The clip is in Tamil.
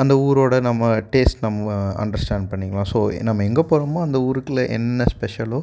அந்த ஊரோட நம்ம டேஸ்ட் நம்ம அண்டர்ஸ்டாண்ட் பண்ணிக்கலாம் ஸோ நம்ம எங்கே போகிறோமோ அந்த ஊருக்குள்ளே என்னென்ன ஸ்பெஷலோ